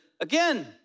again